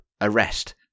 arrest